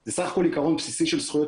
זה בסך הכול עיקרון בסיסי של זכויות